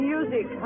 Music